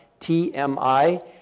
TMI